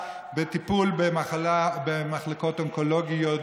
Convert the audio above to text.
בטיפול במחלקות אונקולוגית,